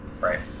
right